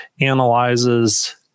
analyzes